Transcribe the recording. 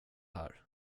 här